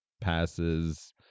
passes